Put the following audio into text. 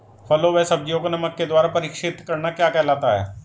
फलों व सब्जियों को नमक के द्वारा परीक्षित करना क्या कहलाता है?